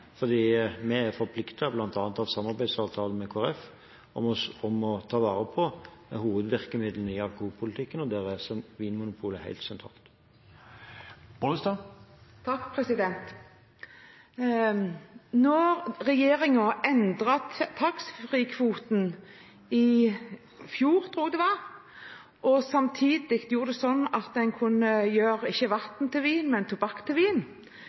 fordi vi er forpliktet bl.a. av samarbeidsavtalen med Kristelig Folkeparti til å ta vare på hovedvirkemidlene i alkoholpolitikken, og der er altså Vinmonopolet helt sentralt. Da regjeringen endret taxfree-kvoten i fjor, tror jeg det var, og samtidig gjorde det sånn at en kunne gjøre ikke vann til vin, men tobakk til vin,